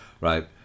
Right